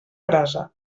brasa